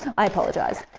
i apologize.